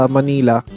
Manila